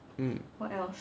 mm